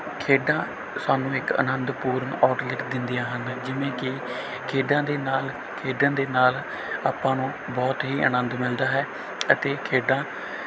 ਖੇਡਾਂ ਸਾਨੂੰ ਇੱਕ ਆਨੰਦ ਪੂਰਨ ਆਊਟਲੈਟ ਦਿੰਦੀਆਂ ਹਨ ਜਿਵੇਂ ਕਿ ਖੇਡਾਂ ਦੇ ਨਾਲ ਖੇਡਣ ਦੇ ਨਾਲ ਆਪਾਂ ਨੂੰ ਬਹੁਤ ਹੀ ਆਨੰਦ ਮਿਲਦਾ ਹੈ ਅਤੇ ਖੇਡਾਂ